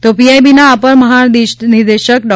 તો પીઆઈબીના અપર મહાનિદેશક ડૉ